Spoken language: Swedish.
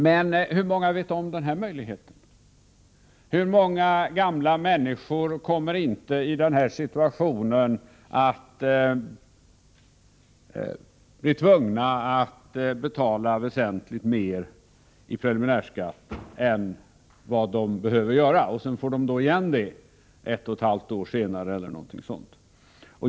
Men hur många känner till den här möjligheten? Hur många gamla människor hamnar inte i den situationen att de blir tvungna att betala väsentligt mer i preliminär skatt än vad de skulle behöva göra, för att sedan få igen beloppet cirka ett och ett halvt år senare?